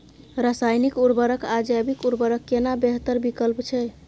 रसायनिक उर्वरक आ जैविक उर्वरक केना बेहतर विकल्प छै?